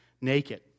naked